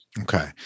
Okay